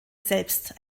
selbst